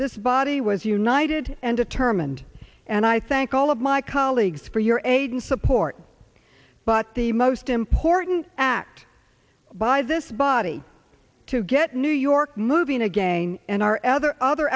this body was united and determined and i thank all of my colleagues for your aid and support but the most important act by this body to get new york moving again and our ever other